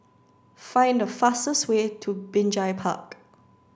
find the fastest way to Binjai Park